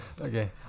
Okay